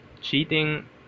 cheating